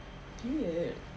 period